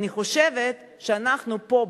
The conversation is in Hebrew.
אני חושבת שאנחנו פה,